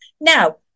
Now